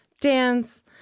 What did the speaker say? dance